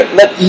let